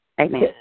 Amen